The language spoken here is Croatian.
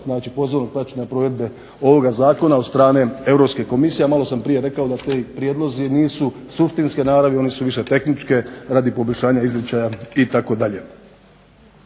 poslovnog praćenja provedbe ovoga zakona od strane Europske komisije. A maloprije sam rekao da ti prijedlozi nisu suštinske naravi, oni su više tehničke radi poboljšanja izričaja itd.